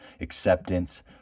acceptance